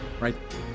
right